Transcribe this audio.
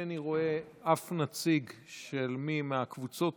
אינני רואה אף נציג של מי מהקבוצות